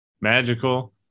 magical